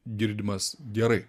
girdimas gerai